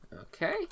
Okay